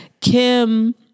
Kim